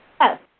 yes